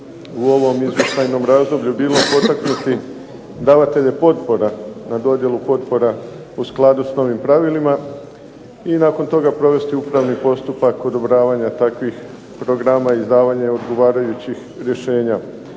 u ovom izvještajnom razdoblju agencije bilo potaknuti davatelje potpora na dodjelu potpora u skladu s novim pravilima. I nakon toga provesti upravni postupak odobravanja takvih programa i izdavanja određenih rješenja.